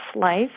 life